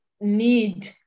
need